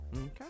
Okay